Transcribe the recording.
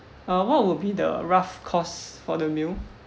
uh what will be the rough cost for the meal